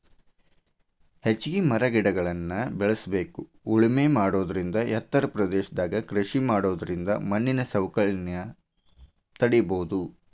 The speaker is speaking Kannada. ಹೆಚ್ಚಿಗಿ ಮರಗಿಡಗಳ್ನ ಬೇಳಸ್ಬೇಕು ಉಳಮೆ ಮಾಡೋದರಿಂದ ಎತ್ತರ ಪ್ರದೇಶದಾಗ ಕೃಷಿ ಮಾಡೋದರಿಂದ ಮಣ್ಣಿನ ಸವಕಳಿನ ತಡೇಬೋದು